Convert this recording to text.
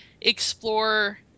explore